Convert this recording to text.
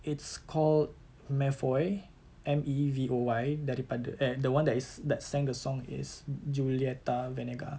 it's called mevoy M E V O Y daripada eh the one that is that sang the song is julieta venegas